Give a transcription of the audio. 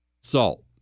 Salt